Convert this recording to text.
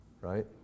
right